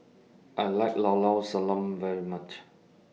I like Llao Llao Sanum very much